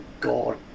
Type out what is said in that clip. God